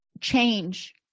change